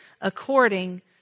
according